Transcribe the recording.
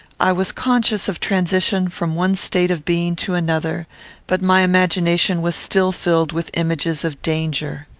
i was conscious of transition from one state of being to another but my imagination was still filled with images of danger.